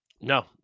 No